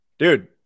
Dude